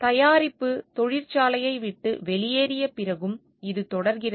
தயாரிப்பு தொழிற்சாலையை விட்டு வெளியேறிய பிறகும் இது தொடர்கிறது